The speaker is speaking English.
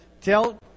tell